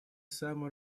самой